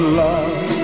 love